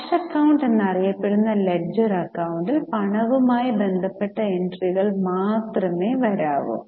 cash account എന്നറിയപ്പെടുന്ന ledger അക്കൌ ണ്ടിൽ പണവുമായി ബന്ധപ്പെട്ട എൻട്രികൾ മാത്രമേ വരൂ